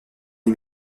les